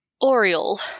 Oriole